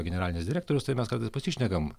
generalinis direktorius tai mes kartais pasišnekam